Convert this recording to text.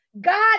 God